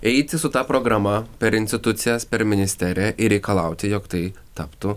eiti su ta programa per institucijas per ministeriją ir reikalauti jog tai taptų